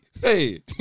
Hey